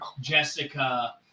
Jessica